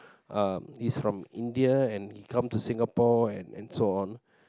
uh he's from India and he comes to Singapore and and so on